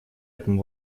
этому